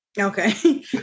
okay